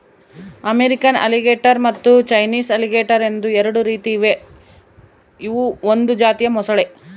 American alligator ಮತ್ತು Chinese alligator ಎಂದು ಎರಡು ರೀತಿ ಇವೆ ಇವು ಒಂದು ಜಾತಿಯ ಮೊಸಳೆ